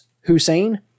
Hussein